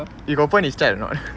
you got open his chat or not